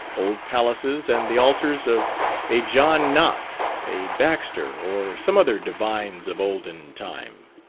old palaces and the altars of a john knox, a baxter, or some other divines of olden time.